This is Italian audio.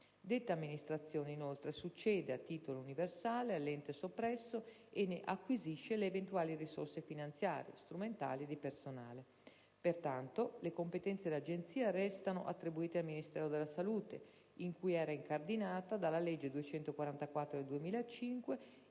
Detta amministrazione, inoltre, succede a titolo universale all'ente soppresso e ne acquisisce le eventuali risorse finanziarie, strumentali e di personale. Pertanto, le competenze dell'Agenzia restano attribuite al Ministero della salute, in cui era stata incardinata dalla legge n. 244 del 2005,